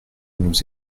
nous